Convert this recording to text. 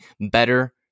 better